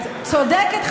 את צודקת,